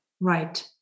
Right